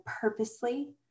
purposely